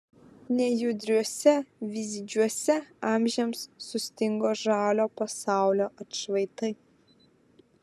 nejudriuose vyzdžiuose amžiams sustingo žalio pasaulio atšvaitai